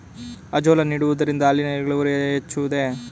Azolla ನೀಡುವುದರಿಂದ ಹಾಲಿನ ಇಳುವರಿ ಹೆಚ್ಚುವುದೇ?